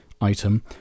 item